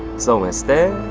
so instead,